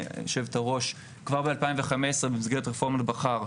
יושבת-הראש, כבר ב-2015, במסגרת רפורמת בכר,